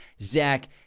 Zach